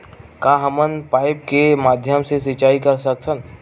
का हमन पाइप के माध्यम से सिंचाई कर सकथन?